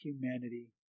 humanity